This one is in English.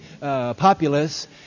populace